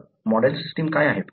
तर model system काय आहेत